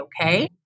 okay